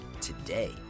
today